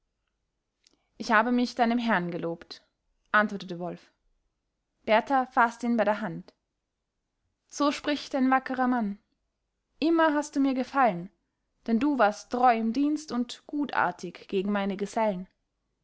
ich habe mich deinem herrn gelobt antwortete wolf berthar faßte ihn bei der hand so spricht ein wackerer mann immer hast du mir gefallen denn du warst treu im dienst und gutartig gegen meine gesellen